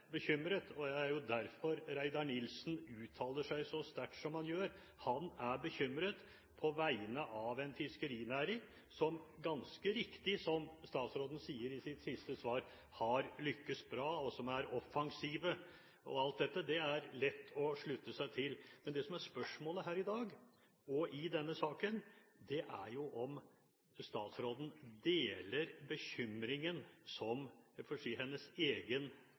derfor Reidar Nilsen uttaler seg så sterkt som han gjør. Han er bekymret på vegne av en fiskerinæring som – ganske riktig, som statsråden sa i sitt siste svar – har lyktes bra og som er offensive og alt dette, det er lett å slutte seg til. Men spørsmålet her i dag og i denne saken, er om statsråden deler bekymringen som – jeg får si – hennes egen